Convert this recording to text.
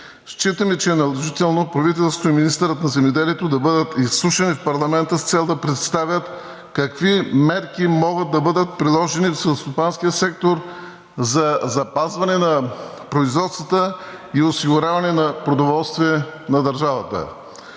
Считаме, че е наложително правителството и министърът на земеделието да бъдат изслушани в парламента с цел да представят какви мерки могат да бъдат приложени в селскостопанския сектор за запазване на производствата и осигуряване на продоволствие на държавата.